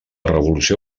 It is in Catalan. revolució